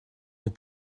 est